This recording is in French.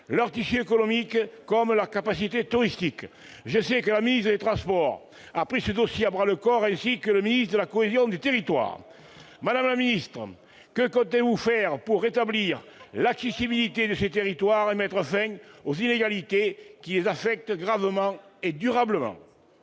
leur tissu économique comme leur capacité touristique. Je sais, madame la ministre, que vous avez pris ce dossier à bras-le-corps, tout comme le ministre de la cohésion des territoires. Que comptez-vous faire pour rétablir l'accessibilité de ces territoires et mettre fin aux inégalités qui les affectent gravement et durablement ?